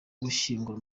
gushyingura